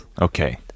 Okay